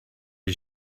you